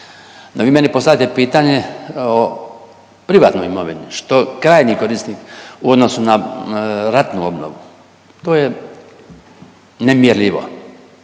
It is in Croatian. Da vi meni postavljate pitanje o privatnoj imovini što krajnji korisnik u odnosu na ratnu obnovu to je nemjerljivo